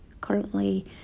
currently